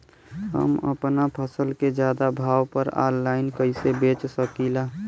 हम अपना फसल के ज्यादा लाभ पर ऑनलाइन कइसे बेच सकीला?